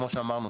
כמו שאמרנו,